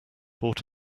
bought